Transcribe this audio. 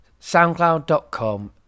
soundcloud.com